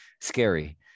scary